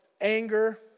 anger